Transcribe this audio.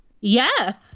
Yes